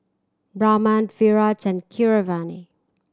Raman Virat and Keeravani